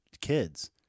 kids